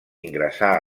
ingressar